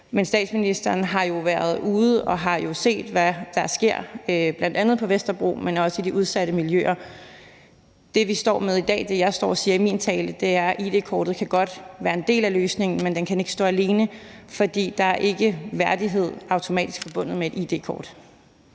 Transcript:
men statsministeren har jo været ude og har set, hvad der sker, bl.a. på Vesterbro, men også i de udsatte miljøer. Det, jeg står og siger i min tale, er, at id-kortet godt kan være en del af løsningen, men det kan ikke stå alene, for der er ikke automatisk værdighed forbundet med et id-kort.